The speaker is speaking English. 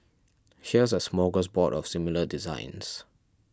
here's a smorgasbord of similar designs